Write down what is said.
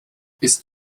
ist